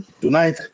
Tonight